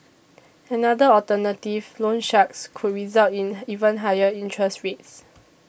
another alternative loan sharks could result in even higher interest rates